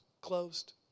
closed